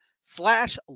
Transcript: slash